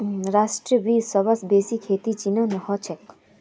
स्ट्रॉबेरीर सबस बेसी खेती चीनत ह छेक